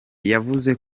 yavuze